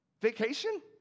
vacation